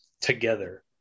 together